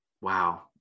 Wow